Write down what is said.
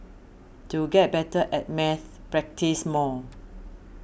to get better at maths practise more